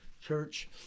church